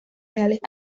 reales